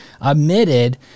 admitted